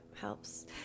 helps